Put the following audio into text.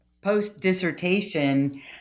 post-dissertation